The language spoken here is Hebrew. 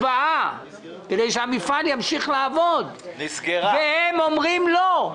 כדי שהמפעל ימשיך לעבוד, והם אמרו לא.